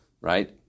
right